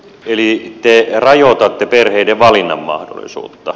eli te rajoitatte perheiden valinnanmahdollisuutta